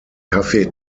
kaffee